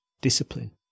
discipline